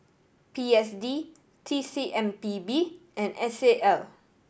P S D T C M P B and S A L